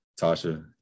Tasha